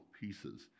pieces